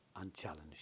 unchallenged